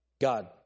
God